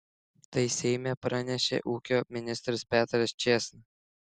tai seime pranešė ūkio ministras petras čėsna